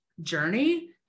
journey